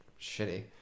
shitty